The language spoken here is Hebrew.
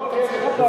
יש לך הסתייגות על זה?